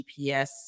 GPS